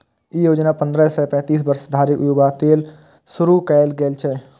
ई योजना पंद्रह सं पैतीस वर्ष धरिक युवा लेल शुरू कैल गेल छै